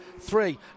three